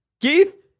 Keith